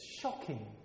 Shocking